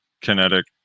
Kinetic